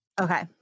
Okay